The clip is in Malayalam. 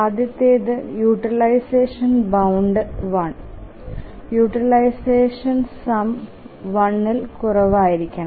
ആദ്യത്തേത് യൂട്ടിലൈസഷൻ ബൌണ്ട് 1 യൂട്ടിലൈസഷൻ സമ് 1 ൽ കുറവായിരിക്കണം